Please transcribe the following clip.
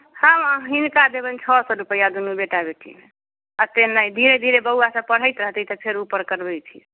हम हिनका देबनि छओ सए रूपैआ दुनू बेटा बेटीमे एतेक नहि धीरे धीरे बौआ सब पढ़ैत रहतै तऽ फेर ऊपर करबै फीस